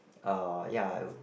uh ya